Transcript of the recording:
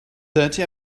thirty